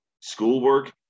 schoolwork